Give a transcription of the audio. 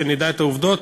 שנדע את העובדות,